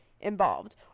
involved